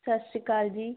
ਸਤਿ ਸ਼੍ਰੀ ਅਕਾਲ ਜੀ